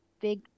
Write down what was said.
big